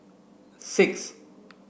six